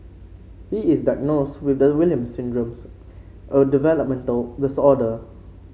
he is diagnosed with the Williams Syndrome's a developmental disorder